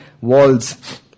walls